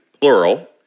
plural